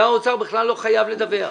שר האוצר בכלל לא חייב לדווח.